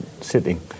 sitting